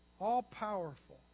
all-powerful